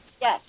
Yes